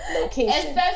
location